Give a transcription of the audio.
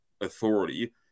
authority